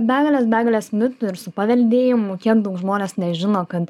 begalės begalės mitų ir su paveldėjimu kiek daug žmonės nežino kad